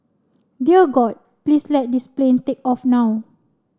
dear God please let this plane take off now